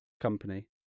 Company